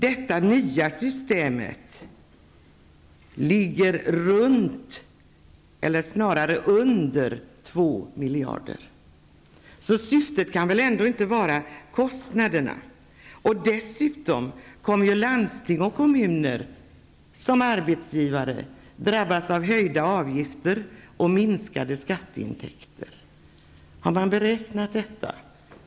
Detta nya system ger under 2 Syftet kan väl ändå inte vara kostnaderna? Dessutom kommer landsting och kommuner som arbetsgivare att drabbas av höjda avgifter och minskade skatteinkomster. Har man beräknat detta?